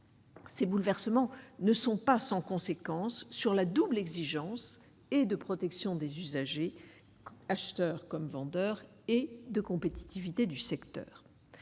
Ces bouleversements ne sont pas sans conséquences sur la double exigence et de protection des usagers acheteurs comme vendeurs et de compétitivité du secteur